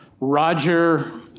Roger